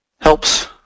helps